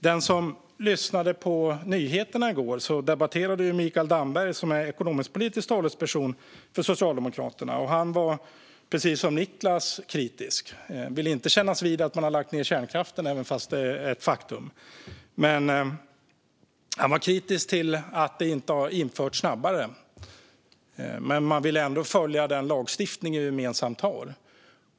Den som lyssnade på nyheterna i går hörde Mikael Damberg, som är ekonomisk-politisk talesperson för Socialdemokraterna. Han var, precis som Niklas, kritisk. Han ville inte kännas vid att man har lagt ned kärnkraften, trots att det är ett faktum. Han var kritisk till att detta inte har införts snabbare, men han vill ändå följa den lagstiftning vi gemensamt har.